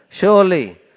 Surely